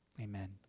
Amen